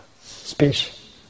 speech